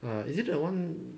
ah is it the one